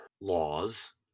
laws